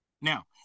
Now